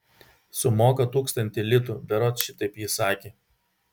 sumoka tūkstantį litų berods šitaip ji sakė